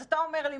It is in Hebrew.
אז אתה אומר לי,